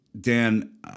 Dan